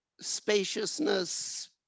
spaciousness